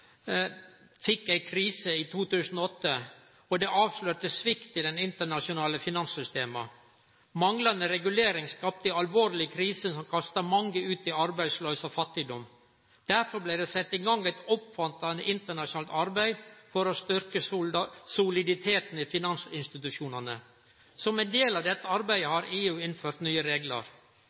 fekk ei krise i 2008, og det avslørte svikt i det internasjonale finanssystemet. Manglande regulering skapte ei alvorleg krise som kasta mange ut i arbeidsløyse og fattigdom. Derfor blei det sett i gang eit omfattande internasjonalt arbeid for å styrkje soliditeten i finansinstitusjonane. Som ein del av dette arbeidet har EU innført nye reglar.